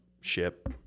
ship